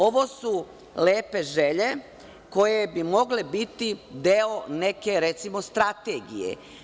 Ovo su lepe želje koje bi mogle biti deo neke recimo, strategije.